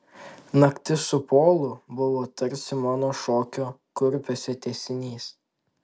naktis su polu buvo tarsi mano šokio kurpiuose tęsinys